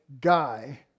guy